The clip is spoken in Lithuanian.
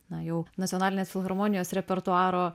na jau nacionalinės filharmonijos repertuaro